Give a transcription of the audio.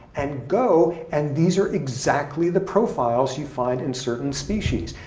and go, and these are exactly the profiles you find in certain species.